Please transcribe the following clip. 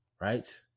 Right